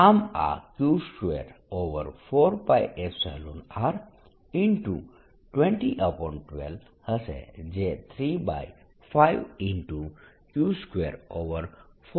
આમ આ Q24π0R 2012 હશે